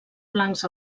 blancs